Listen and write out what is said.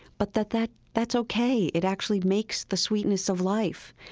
but that that that's ok. it actually makes the sweetness of life.